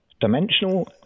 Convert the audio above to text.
dimensional